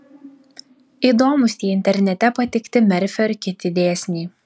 įdomūs tie internete pateikti merfio ir kiti dėsniai